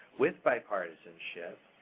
with bipartisanship,